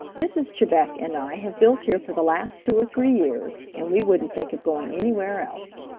mrs. chebec and i have built here for the last two or three years, and we wouldn't think of going anywhere else.